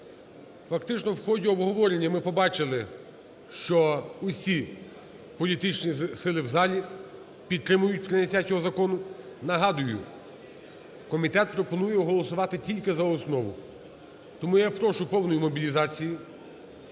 Фактично в ході обговорення ми побачили, що усі політичні сили в залі підтримують прийняття цього закону. Нагадую, комітет пропонує голосувати тільки за основу. Тому я прошу повної мобілізації.